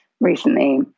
recently